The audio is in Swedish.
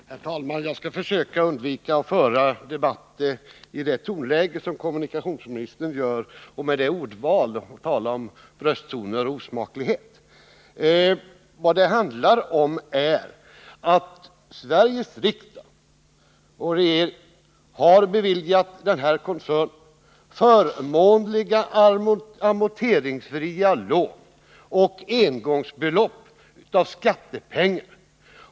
Herr talman! Jag skall försöka undvika det tonläge och det ordval som kommunikationsministern använder i debatten, när han talar om brösttoner och osmaklighet. Vad det handlar om är att Sveriges riksdag och regering har beviliat denna koncern förmånliga och under viss tid amorteringsfria lån liksom engångsbelopp som tagits av skattepengar.